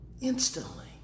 Instantly